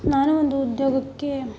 ನಾನು ಒಂದು ಉದ್ಯೋಗಕ್ಕೆ